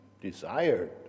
desired